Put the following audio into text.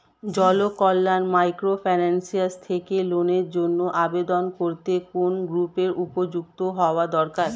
Janakalyan microfinance থেকে লোনের জন্য আবেদন করতে কোন গ্রুপের অন্তর্ভুক্ত হওয়া দরকার?